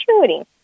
shooting